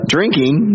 Drinking